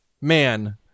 man